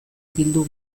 bildu